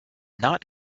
not